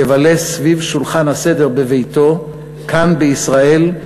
יבלה סביב שולחן הסדר בביתו כאן בישראל,